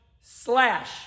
slash